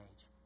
age